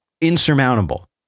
insurmountable